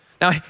Now